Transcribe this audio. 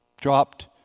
dropped